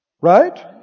right